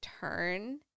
turn